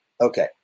Okay